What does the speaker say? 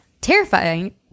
Terrifying